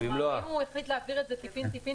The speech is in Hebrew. כלומר אם הוא החליט להעביר את זה טיפין-טיפין